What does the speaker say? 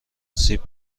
سیب